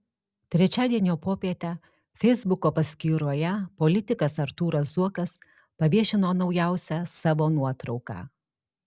trečiadienio popietę feisbuko paskyroje politikas artūras zuokas paviešino naujausią savo nuotrauką